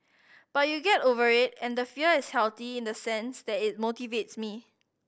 but you get over it and the fear is healthy in the sense that it motivates me